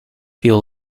fuel